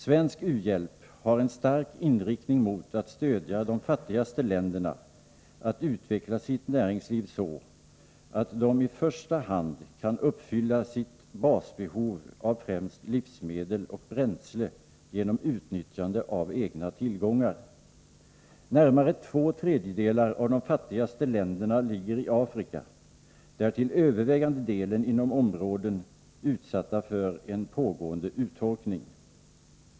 Svensk u-hjälp har en stark inriktning mot att stödja de fattigaste länderna att utveckla sitt näringsliv så, att de i första hand kan fylla sitt basbehov av främst livsmedel och bränsle genom utnyttjande av egna tillgångar. Närmare två tredjedelar av de fattigaste länderna ligger i Afrika och där till övervägande delen inom områden utsatta för en pågående uttorkning.